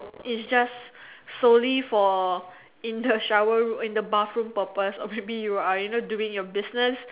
is just soley for in the shower room in the bathroom purpose or maybe you are you know doing your business